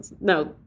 no